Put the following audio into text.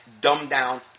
dumbed-down